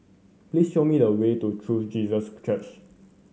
please show me the way to True Jesus Church